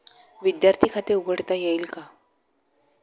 विद्यार्थी खाते उघडता येईल का?